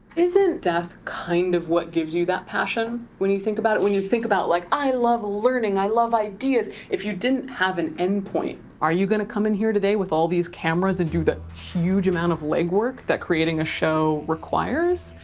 isn't death kind of what gives you that passion when you think about it? when you think about like, i love learning, i love ideas. if you didn't have an endpoint, are you gonna come in here today with all these cameras and do the huge amount of legwork that creating a show requires?